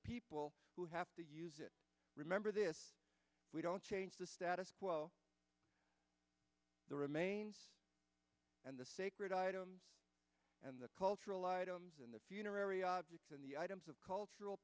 people who have to remember this we don't change the status quo the remains and the sacred items and the cultural items and the funerary objects and the items of cultural